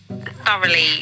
thoroughly